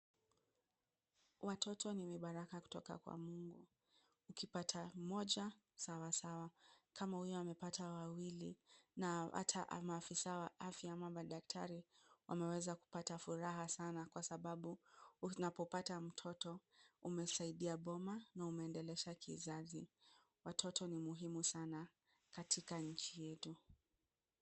Watoto ni vibaraka kutoka kwa mungu. Ukipata mmoja, sawa sawa. Kama huyu amepata wawili na hata maafisa wa afya ama madaktari wameweza kupata furaha sana kwa sababu unapopata mtoto, umesaidia boma na umeendeleza kizazi. Watoto ni muhimu sana katika nchi yetu.